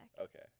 Okay